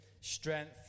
strength